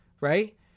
right